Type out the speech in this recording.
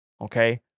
Okay